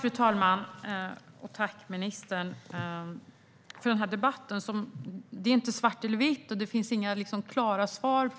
Fru talman! Jag tackar ministern för debatten. Det är inte svart eller vitt, och det finns egentligen inga klara svar